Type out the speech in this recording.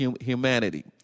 humanity